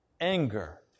Anger